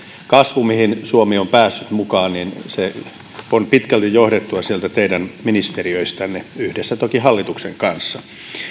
kasvu mihin suomi on päässyt mukaan on pitkälti johdettu sieltä teidän ministeriöstänne yhdessä toki hallituksen kanssa